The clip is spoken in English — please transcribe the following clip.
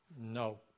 No